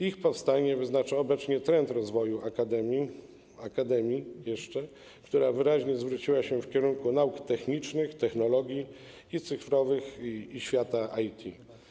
Ich powstanie wyznacza obecnie trend rozwoju akademii - akademii jeszcze - która wyraźnie zwróciła się w kierunku nauk technicznych, technologii - i cyfrowych, i świata IT.